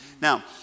Now